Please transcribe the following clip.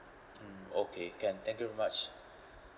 mm okay can thank you very much